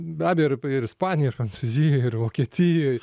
be abejo ir ir ispanijoj ir prancūzijoj ir vokietijoj